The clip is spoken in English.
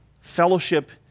fellowship